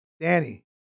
Danny